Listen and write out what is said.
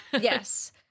Yes